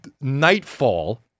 nightfall